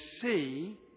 see